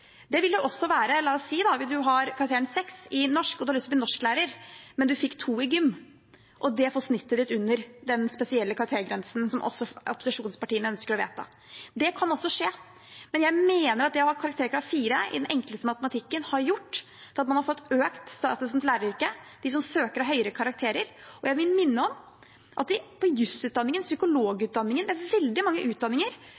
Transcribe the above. La oss si at du har karakteren 6 i norsk og du har lyst til å bli norsklærer. Men du fikk 2 i gym, og det får snittet ditt under den spesielle karaktergrensen som opposisjonspartiene ønsker å vedta. Det kan også skje, men jeg mener at det å ha karakterkrav 4 i den enkleste matematikken har gjort at man har fått økt statusen til læreryrket. De som søker, har høyere karakterer. Og jeg vil minne om at på jusutdanningen,